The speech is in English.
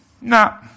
no